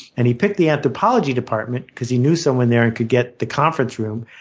and he picked the anthropology department because he knew someone there and could get the conference room.